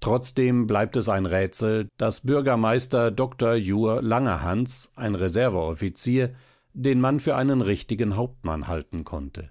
trotzdem bleibt es ein rätsel daß bürgermeister dr jur langerhans ein reserveoffizier den mann für einen richtigen hauptmann halten konnte